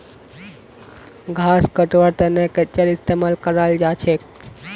घास कटवार तने कचीयार इस्तेमाल कराल जाछेक